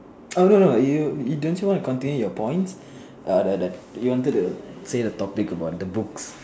oh no no no you you don't you want to continue your points ah the the you wanted to say the topics about the books